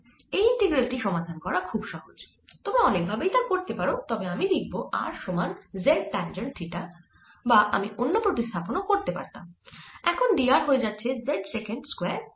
এই ইন্টিগ্রাল টি সমাধান করা খুব সহজ তোমরা অনেক ভাবেই তা করতে পারো তবে আমি লিখব r সমান z ট্যাঞ্জেন্ট থিটা বা আমি অন্য প্রতিস্থাপন ও করতে পারতাম এখন d r হয়ে যাচ্ছে z সেক্যান্ট স্কয়ার থিটা